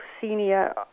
senior